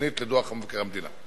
רצינית לדוח מבקר המדינה.